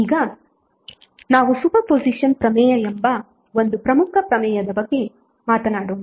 ಈಗ ನಾವು ಸೂಪರ್ಪೋಸಿಷನ್ ಪ್ರಮೇಯ ಎಂಬ ಒಂದು ಪ್ರಮುಖ ಪ್ರಮೇಯದ ಬಗ್ಗೆ ಮಾತನಾಡೋಣ